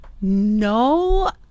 No